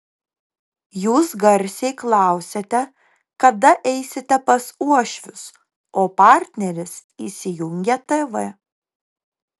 jūs garsiai klausiate kada eisite pas uošvius o partneris įsijungia tv